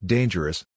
Dangerous